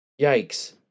yikes